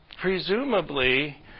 Presumably